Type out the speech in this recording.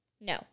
No